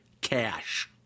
cash